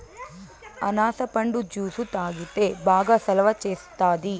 అనాస పండు జ్యుసు తాగితే బాగా సలవ సేస్తాది